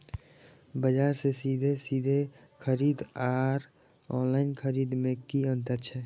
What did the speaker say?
बजार से सीधे सीधे खरीद आर ऑनलाइन खरीद में की अंतर छै?